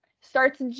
starts